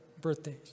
birthdays